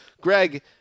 Greg